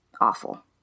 awful